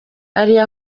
ariyo